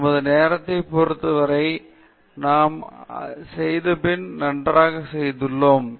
எனவே நமது நேரத்தை பொறுத்தவரை நாம் செய்தபின் நன்றாக செய்துள்ளோம்